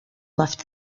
left